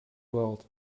world